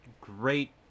great